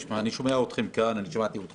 אני שמעתי אותך